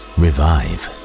revive